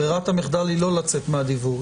ברירת המחדל היא לא לצאת מהדיוור.